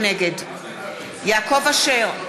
נגד יעקב אשר,